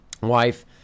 wife